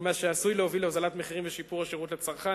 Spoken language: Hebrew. מה שעשוי להוביל להוזלת מחירים ולשיפור השירות לצרכן.